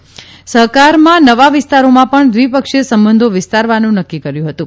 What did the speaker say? અને સહકારમાં નવા વિસ્તારોમાં પણ દ્રીપક્ષીય સંબંધો વિસ્તારવાનું નક્કી કર્યું હતું